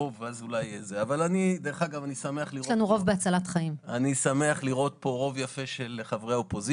רוב יפה של חברי האופוזיציה.